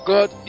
God